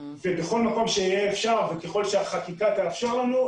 ובכל מקום שיהיה אפשר וככל שהחקיקה תאפשר לנו,